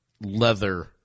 leather